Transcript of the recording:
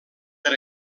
per